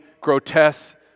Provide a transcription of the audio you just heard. grotesque